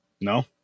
No